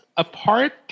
Apart